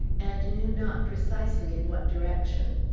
and knew not precisely in what direction.